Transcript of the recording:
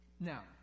Now